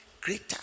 greater